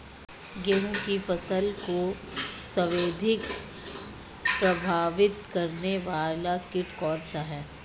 गेहूँ की फसल को सर्वाधिक प्रभावित करने वाला कीट कौनसा है?